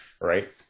right